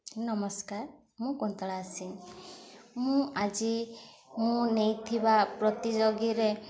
ନମସ୍କାର ମୁଁ କୁନ୍ତଳା ସିଂ ମୁଁ ଆଜି ମୁଁ ନେଇଥିବା ପ୍ରତିଯୋଗିତାରେ